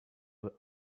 with